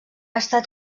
estat